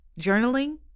journaling